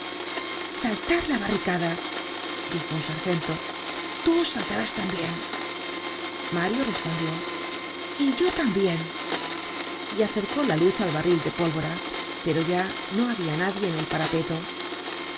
saltar la barricada dijo un sargento tú saltarás tambien mario respondió y yo tambien y acercó la luz al barril de pólvora pero ya no habia nadie en el parapeto los